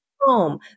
home